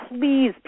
please